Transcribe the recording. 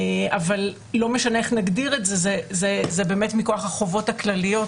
אבל לא משנה איך נגדיר את זה זה באמת מכוח החובות הכלליות.